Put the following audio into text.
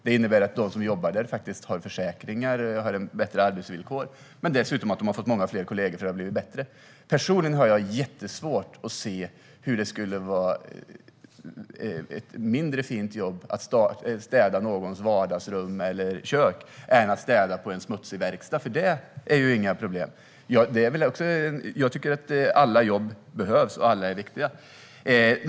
Det innebär att de som jobbar där har försäkringar och bättre arbetsvillkor. De har dessutom fått många fler kollegor därför att det har blivit bättre. Personligen har jag jättesvårt att se att det skulle vara ett mindre fint jobb att städa någons vardagsrum eller kök än att städa på en smutsig verkstad, för det är ju inga problem. Jag tycker att alla jobb behövs och att alla är viktiga.